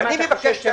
כמה אתה חושב שמגיע?